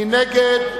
מי נגד?